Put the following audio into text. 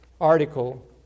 article